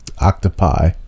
Octopi